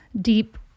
deep